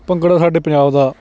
ਭੰਗੜਾ ਸਾਡੇ ਪੰਜਾਬ ਦਾ